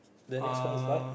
the next one is what